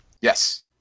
Yes